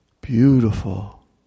Beautiful